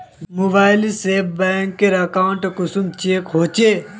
Mobile से bank account कुंसम check होचे?